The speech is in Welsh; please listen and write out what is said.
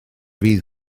fydd